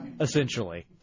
essentially